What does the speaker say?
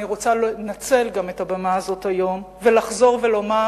אני רוצה לנצל גם את הבמה הזאת היום ולחזור ולומר